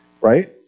right